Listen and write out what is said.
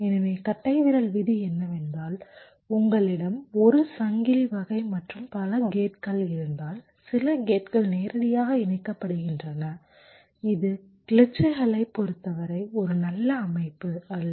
எனவே கட்டைவிரல் விதி என்னவென்றால் உங்களிடம் ஒரு சங்கிலி வகை மற்றும் பல கேட்கள் இருந்தால் சில கேட்கள் நேரடியாக இணைக்கப்படுகின்றன இது கிளிட்சுகளைப் பொறுத்தவரை ஒரு நல்ல அமைப்பு அல்ல